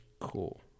Cool